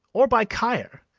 or by caire,